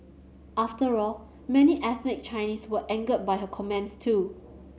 after all many ethnic Chinese were angered by her comments too